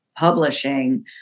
publishing